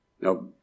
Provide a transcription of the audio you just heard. Now